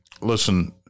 listen